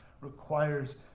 requires